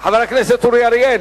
חבר הכנסת אורי אריאל,